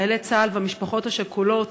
חיילי צה"ל והמשפחות השכולות,